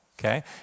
okay